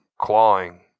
clawing